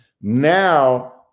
Now